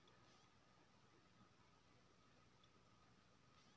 मोनासिब बेपार नहि करब तँ डुबि जाएब